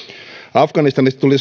afganistanista tuli